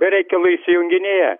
be reikalo įsijunginėja